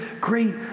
great